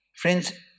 Friends